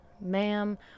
Ma'am